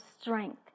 strength